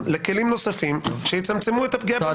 לכלים נוספים שיצמצמו את הפגיעה בוועדות הכנסת.